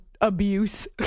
abuse